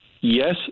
Yes